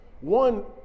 one